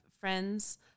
friends